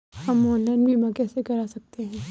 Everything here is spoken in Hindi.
हम ऑनलाइन बीमा कैसे कर सकते हैं?